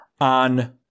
on